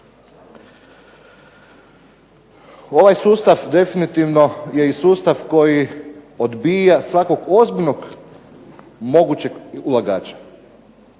Ovaj sustav definitivno je i sustav koji odbija svakog ozbiljnog mogućeg ulagača.